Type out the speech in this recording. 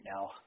now